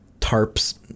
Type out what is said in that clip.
tarps